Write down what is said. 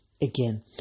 again